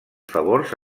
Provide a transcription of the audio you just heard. favors